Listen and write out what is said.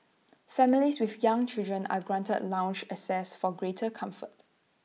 families with young children are granted lounge access for greater comfort